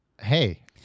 Hey